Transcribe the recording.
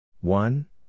One